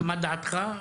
מה דעתך?